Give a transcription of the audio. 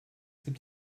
gibt